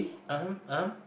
(uh huh) (uh huh)